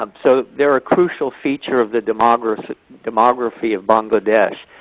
um so they are a crucial feature of the demography demography of bangladesh.